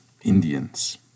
Indians